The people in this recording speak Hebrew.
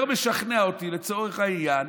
יותר משכנע אותי, לצורך העניין,